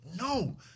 no